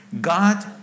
god